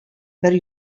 бер